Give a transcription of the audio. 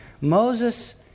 Moses